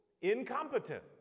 incompetent